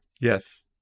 yes